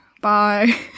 bye